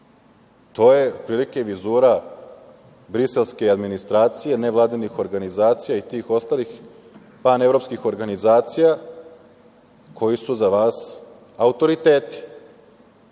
To je otprilike vizura briselske administracije, nevladinih organizacija i tih ostalih panevropskih organizacija koje su za vas autoriteti. Dakle,